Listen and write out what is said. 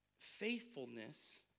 faithfulness